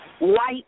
white